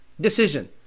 decision